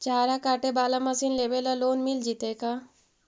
चारा काटे बाला मशीन लेबे ल लोन मिल जितै का?